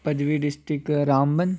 पंजमी डिस्ट्रिक रामबन